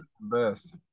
best